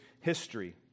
history